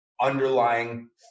underlying